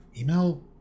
email